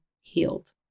healed